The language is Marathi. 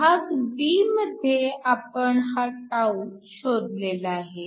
भाग b मध्ये आपण हा て शोधलेला आहे